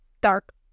dark